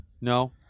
No